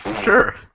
Sure